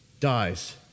dies